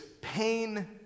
pain